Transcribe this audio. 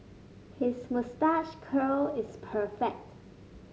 his moustache curl is perfect